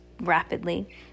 rapidly